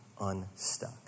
unstuck